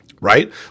right